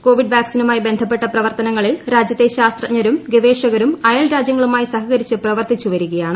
Covid വാക്സിനുമായി ബന്ധപ്പെട്ട പ്രവർത്തനങ്ങളിൽ രാജ്യത്തെ ശാസ്ത്രജ്ഞരും ഗവേഷകരും അയൽരാജ്യങ്ങളുമായി സഹകരിച്ച് പ്രവർത്തിച്ചു വരികയാണ്